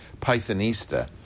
Pythonista